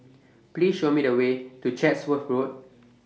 Please Show Me The Way to Chatsworth Road